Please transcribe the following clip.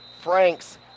Franks